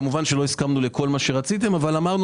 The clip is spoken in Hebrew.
כמובן לא הסכמנו לכל מה שרציתם אבל אמרנו